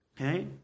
okay